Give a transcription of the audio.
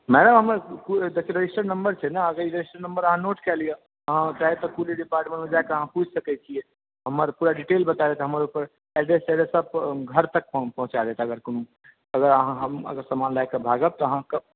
madam हमर देखियौ registered number छै ने रेजिस्टर्ड नम्बर अहाँ नोट कए लियऽ अहाँ चाहे त कुली डिपार्टमेन्ट मे जाके अहाँ पूछि सकै छियै हमर पूरा डिटेल बता देत हमर ओहिपर एड्रेस तेड्रेस सब घर तक पहुँचा देत अगर कोनो अगर अहाँ हम सामान लए कऽ भागब तऽ अहाँकेॅं